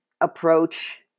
approach